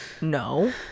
No